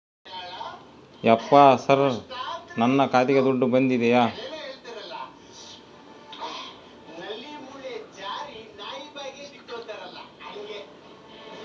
ಯಪ್ಪ ಸರ್ ನನ್ನ ಖಾತೆಗೆ ದುಡ್ಡು ಬಂದಿದೆಯ?